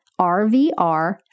RVR